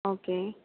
okay